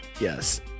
yes